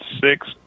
six